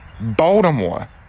Baltimore